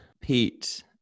Pete